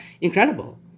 incredible